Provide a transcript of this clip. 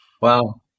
Wow